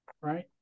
right